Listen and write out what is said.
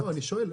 אני שואל.